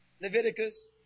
Leviticus